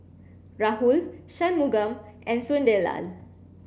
Rahul Shunmugam and Sunderlal